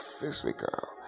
physical